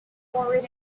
forward